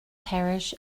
parish